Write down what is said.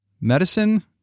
Medicine